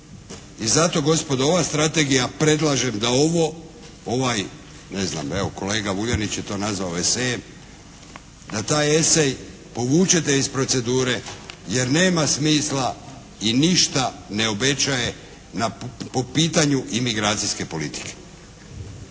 I zato gospodo ova strategija, predlažem da ovo, ovaj, ne znam, evo kolega Vuljanić je to nazvao esejem, da taj esej povučete iz procedure jer nema smisla i ništa ne obećaju po pitanju imigracijske politike.